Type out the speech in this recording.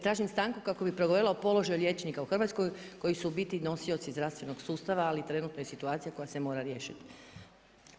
Tražim stanku kako bi progovorila o položaju liječnika u Hrvatskoj koji su u biti nosioci zdravstvenog sustava, ali u trenutnoj situaciji koja se mora riješiti.